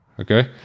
okay